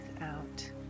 out